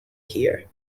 here